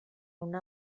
una